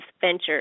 ventures